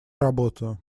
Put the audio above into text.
работаю